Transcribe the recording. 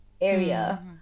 area